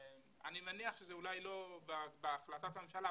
אני מניח שזה לא בהחלטת הממשלה,